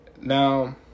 now